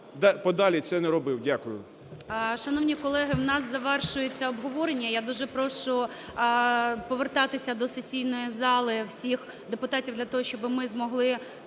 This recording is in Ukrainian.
подалі це не робив. Дякую. ГОЛОВУЮЧИЙ. Шановні колеги! У нас завершується обговорення. Я дуже прошу повертатися до сесійної зали всіх депутатів для того, щоб ми змогли